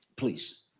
Please